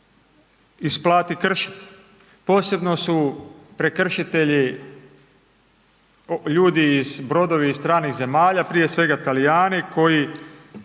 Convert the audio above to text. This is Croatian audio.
isplati kršiti. Posebno su prekršitelji ljudi iz, brodovi iz stranih zemalja, prije svega Talijani koji